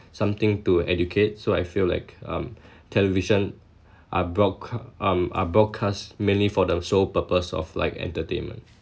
something to educate so I feel like um television are broadca~ um are broadcasted mainly for the sole purpose of like entertainment